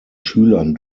schülern